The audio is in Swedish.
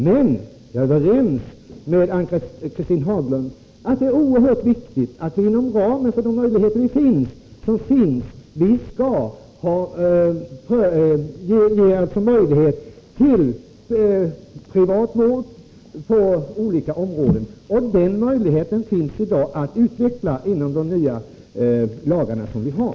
Men jag är överens med Ann-Cathrine Haglund om att det är oerhört viktigt att inom ramen för de möjligheter som finns ge möjlighet till privat vård på alla områden. De möjligheterna kan i dag utvecklas med de nya lagar som vi har.